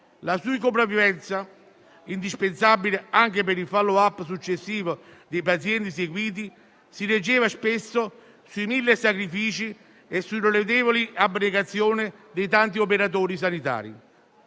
la cui sopravvivenza, indispensabile anche per il *follow-up* successivo dei pazienti seguiti, si reggeva spesso sui mille sacrifici e sulla lodevole abnegazione dei tanti operatori sanitari.